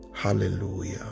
Hallelujah